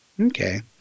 okay